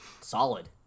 solid